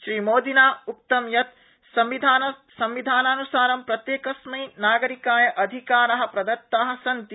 श्रीमोदिना उक्तं यत् संविधानानुसारं प्रत्येकस्मै नागरिकाय अधिकारा प्रदत्ता सन्ति